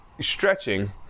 stretching